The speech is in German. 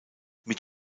mit